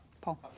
Paul